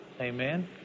Amen